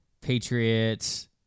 Patriots